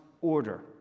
order